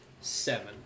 Seven